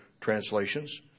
translations